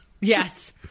Yes